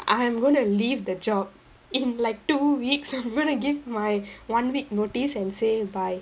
I am going to leave the job in like two weeks I'm going to give my one week notice and say goodbye